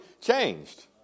changed